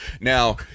now